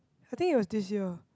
I think it was this year